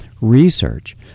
research